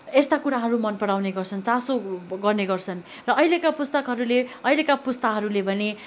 यस्ता कुराहरू मन पराउने गर्छन् चासो गर्ने गर्छन् र अहिलेको पुस्ताकाहरूले अहिलेको पुस्ताहरूले भने